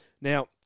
Now